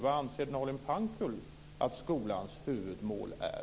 Vad anser Nalin Pankgul att skolans huvudmål är?